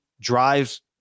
drives